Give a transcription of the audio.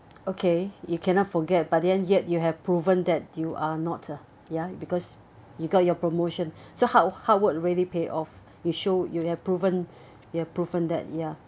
okay you cannot forget but then yet you have proven that you are not a ya because you got your promotion so hard hard would really pay off you show you have proven you have proven that ya